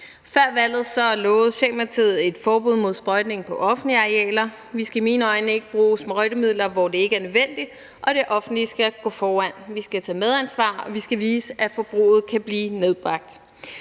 Før valget lovede Socialdemokratiet et forbud mod sprøjtning på offentlige arealer. Vi skal i mine øjne ikke bruge sprøjtemidler, hvor det ikke er nødvendigt, og det offentlige skal gå foran. Vi skal tage medansvar, og vi skal vise, at forbruget kan blive nedbragt.